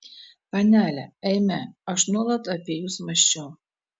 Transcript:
panele eime aš nuolat apie jus mąsčiau